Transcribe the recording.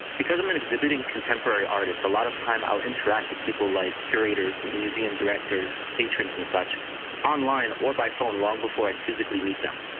because i'm an exhibiting contemporary artist, a lot of time i'll interact with people like curators, museum directors, patrons, and such online or by phone long before i physically meet them.